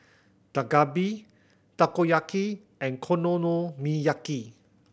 Dak Galbi Takoyaki and Konomiyaki